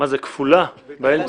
מה זה, כפולה באמצע?